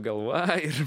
galva ir